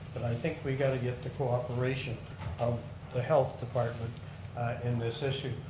but i think we got to get the cooperation of the health department in this issue.